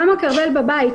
למה היא עוד בבית?